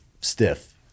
stiff